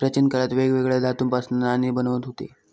प्राचीन काळात वेगवेगळ्या धातूंपासना नाणी बनवत हुते